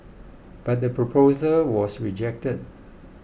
but the proposal was rejected